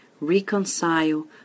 reconcile